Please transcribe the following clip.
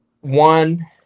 one